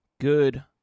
Good